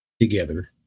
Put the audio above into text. together